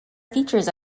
features